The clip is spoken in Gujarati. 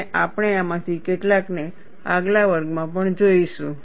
અને આપણે આમાંથી કેટલાકને આગલા વર્ગમાં પણ જોઈશું